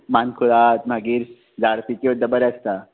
मानकुराद मागीर झाडपिके सुद्दां बरें आसता